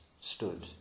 stood